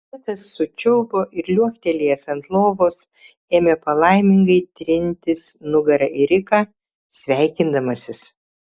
pitas sučiulbo ir liuoktelėjęs ant lovos ėmė palaimingai trintis nugara į riką sveikindamasis